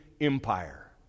empire